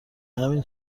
همین